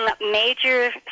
major